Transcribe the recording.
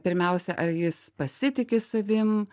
pirmiausia ar jis pasitiki savim